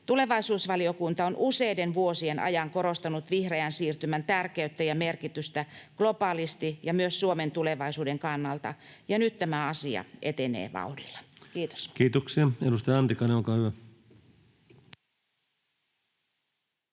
Tulevaisuusvaliokunta on useiden vuosien ajan korostanut vihreän siirtymän tärkeyttä ja merkitystä globaalisti ja myös Suomen tulevaisuuden kannalta, ja nyt tämä asia etenee vauhdilla. — Kiitos. Kiitoksia. — Edustaja Antikainen, olkaa hyvä.